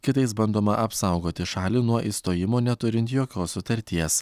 kitais bandoma apsaugoti šalį nuo išstojimo neturint jokios sutarties